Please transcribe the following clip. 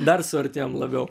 dar suartėjom labiau